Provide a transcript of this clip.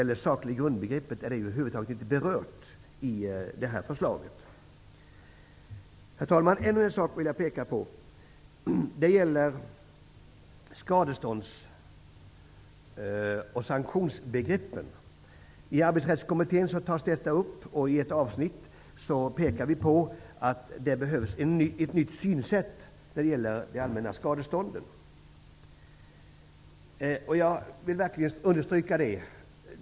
Begreppet saklig grund berörs över huvud taget inte i förslaget. Herr talman! Jag vill även peka på skadestånds och sanktionsbegreppen. Detta tas upp av Arbetsrättskommittén. I ett avsnitt pekar vi på att det behövs ett nytt synsätt när det gäller de allmänna skadestånden. Jag vill verkligen understryka det.